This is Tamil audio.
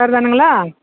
சரிதானுங்களா